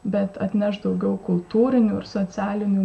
bet atneš daugiau kultūrinių ir socialinių